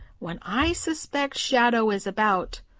when i suspect shadow is about,